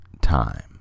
Time